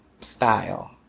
style